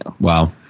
Wow